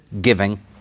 giving